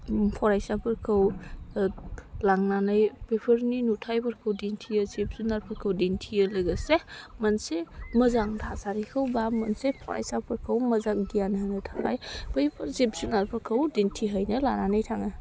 फरायसाफोरखौ लांनानै बेफोरनि नुथाइफोरखौ दिन्थियो जिब जुनारफोरखौ दिन्थियो लोगोसे मोनसे मोजां थासारिखौ बा मोनसे फरायसाफोरखौ मोजां गियान होनो थाखाय बैफोर जिब जुनारफोरखौ दिन्थिहैनो लानानै थाङो